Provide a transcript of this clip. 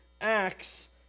acts